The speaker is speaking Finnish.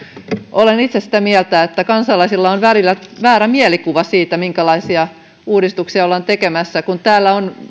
olen itse sitä mieltä että kansalaisilla on välillä väärä mielikuva siitä minkälaisia uudistuksia ollaan tekemässä kun täällä on